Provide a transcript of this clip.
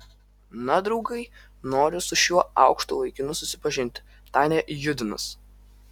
na draugai noriu su šiuo aukštu vaikinu susipažinti tarė judinas